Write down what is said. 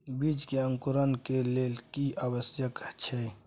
बीज के अंकुरण के लेल की आवश्यक छै?